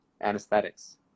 anesthetics